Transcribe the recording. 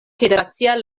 federacia